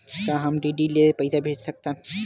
का हम डी.डी ले पईसा भेज सकत हन?